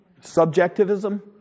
subjectivism